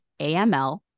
AML